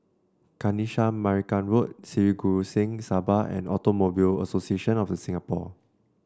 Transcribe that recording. Kanisha Marican Road Sri Guru Singh Sabha and Automobile Association of The Singapore